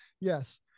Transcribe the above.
yes